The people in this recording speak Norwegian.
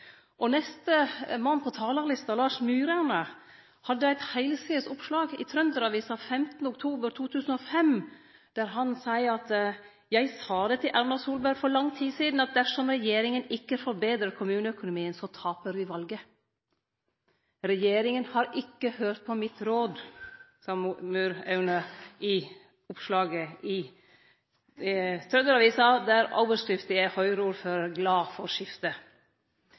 på talarlista, representanten Lars Myraune, hadde eit heilsides oppslag i Trønder-Avisa 15. oktober 2005, der han sa: «Jeg sa det til Erna Solberg for lang tid siden at dersom regjeringen ikke forbedrer kommuneøkonomien, så taper vi valget.» «Regjeringen har ikke hørt på mitt råd», sa Myraune i oppslaget i Trønder-Avisa, der overskrifta er: «Høyreordfører glad for